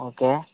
okay